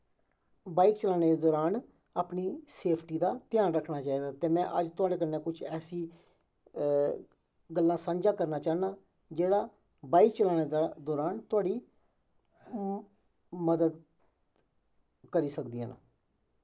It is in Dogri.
बाईक चलाने दे दरान अपनी सेफ्टी दा ध्यान रक्खना चाहिदा ते में अज्ज थोआड़े कन्नै कुछ ऐसी गल्लां सांझा करना चाह्न्ना जेह्ड़ा बाईक चलाने दे दरान तोआढ़ी मदद करी सकदियां न